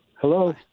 Hello